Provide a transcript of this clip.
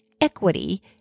equity